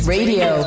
Radio